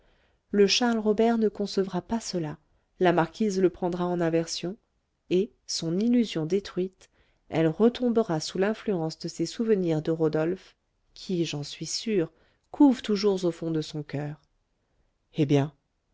le charles robert ne concevra pas cela la marquise le prendra en aversion et son illusion détruite elle retombera sous l'influence de ses souvenirs de rodolphe qui j'en suis sûre couvent toujours au fond de son coeur eh bien